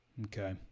Okay